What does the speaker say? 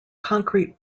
concrete